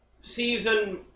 Season